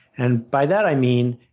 and by that i mean